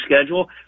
schedule